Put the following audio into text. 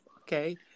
Okay